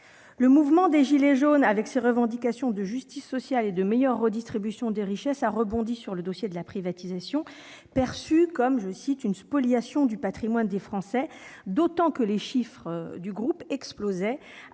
Le mouvement des « gilets jaunes », avec ses revendications de justice sociale et de meilleure redistribution des richesses, a rebondi sur le dossier de la privatisation du groupe ADP, perçue comme une « spoliation » du patrimoine des Français, d'autant que les chiffres du groupe explosaient,